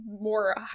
more